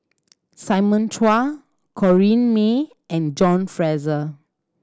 Simon Chua Corrinne May and John Fraser